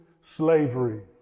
slavery